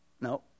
No